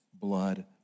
blood